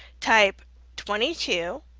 type twenty two,